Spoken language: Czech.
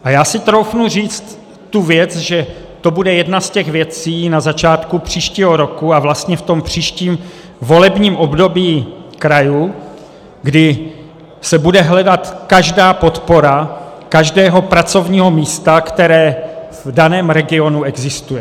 A já si troufnu říct tu věc, že to bude jedna z těch věcí na začátku příštího roku a vlastně v tom příštím volebním období krajů, kdy se bude hledat každá podpora každého pracovního místa, které v daném regionu existuje.